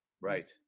right